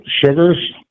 sugars